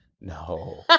No